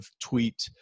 tweet